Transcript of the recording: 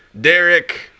Derek